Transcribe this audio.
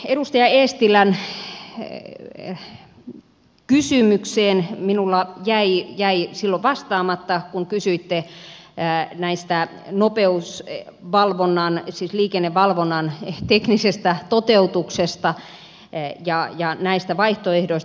edustaja eestilän kysymykseen minulla jäi täällä silloin vastaamatta kun kysyitte nopeusvalvonnan siis liikennevalvonnan teknisestä toteutuksesta ja näistä vaihtoehdoista